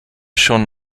schon